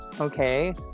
okay